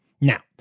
Now